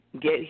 get